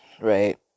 right